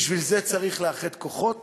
בשביל זה צריך לאחד כוחות